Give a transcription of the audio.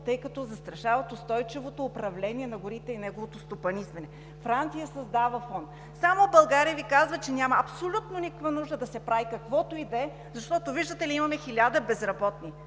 тъй като застрашават устойчивото управление на горите и неговото стопанисване. Франция създава фонд. Само България Ви казва, че няма абсолютно никаква нужда да се прави каквото и да е, защото, виждате ли, имаме 1000 безработни.